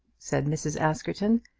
said mrs. askerton.